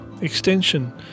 Extension